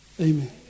amen